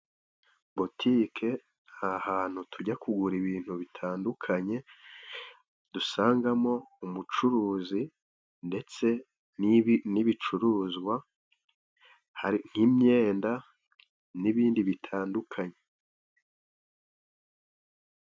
Butike ni ahantu tujya kugura ibintu bitandukanye dusangamo umucuruzi ndetse n'ibicuruzwa nk'imyenda n'ibindi bitandukanye.